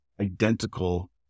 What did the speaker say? identical